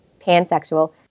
Pansexual